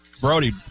Brody